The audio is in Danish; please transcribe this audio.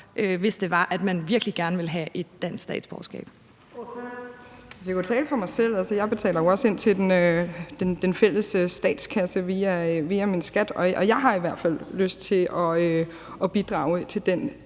Vind): Ordføreren. Kl. 16:51 Helene Liliendahl Brydensholt (ALT): Jeg kan jo tale for mig selv, og jeg betaler jo også ind til den fælles statskasse via min skat, og jeg har i hvert fald lyst til at bidrage til den